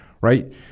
right